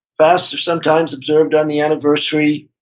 fasts are sometimes observed on the anniversary,